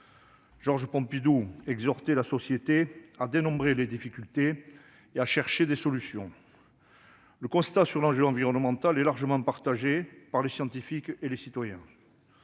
Georges Pompidou exhortait la société à « dénombrer les difficultés et à chercher les solutions ». Le constat sur l'enjeu environnemental est largement partagé par les scientifiques et les citoyens.